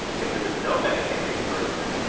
if there is no medicaid reimbursement,